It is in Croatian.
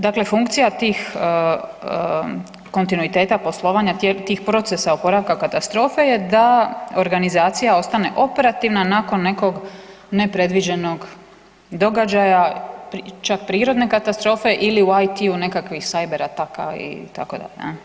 Dakle funkcija tih kontinuiteta poslovanja tih procesa oporavka katastrofe je da organizacija ostane operativna nakon nekog nepredviđenog događaja, čak prirodne katastrofe ili u IT-u nekakvih cibera itd.